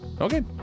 okay